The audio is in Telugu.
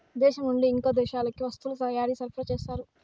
దేశం నుండి ఇంకో దేశానికి వస్తువుల తయారీ సరఫరా చేస్తారు